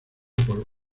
por